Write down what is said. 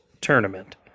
tournament